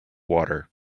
water